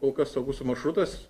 kol kas saugus maršrutas